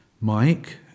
Mike